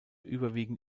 überwiegend